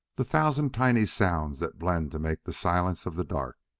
the thousand tiny sounds that blend to make the silence of the dark!